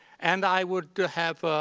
and i would have,